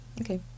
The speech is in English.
Okay